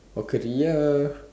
a career